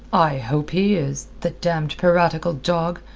i hope he is, the damned piratical dog.